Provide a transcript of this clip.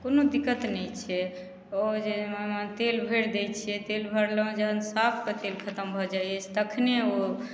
कोनो दिक्कत नहि छै ओ जे मने तेल भरि दै छियै तेल भरलहुँ जहन साफके तेल खतम भऽ जाइए तखने ओ